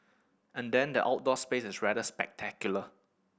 and then the outdoor space is rather spectacular